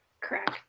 Correct